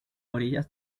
orillas